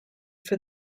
for